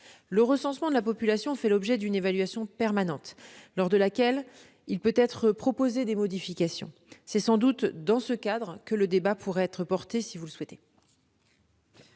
Le recensement de la population fait l'objet d'une évaluation permanente, lors de laquelle il peut être proposé des modifications. C'est sans doute dans ce cadre que le débat pourrait être porté, si vous le souhaitez.